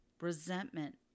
resentment